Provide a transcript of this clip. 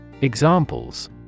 Examples